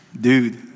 Dude